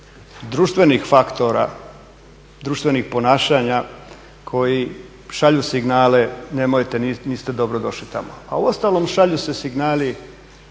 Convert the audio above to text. društvenih faktora, društvenih ponašanja koji šalju signale nemojte, niste dobro došli tamo. A uostalom šalju se signali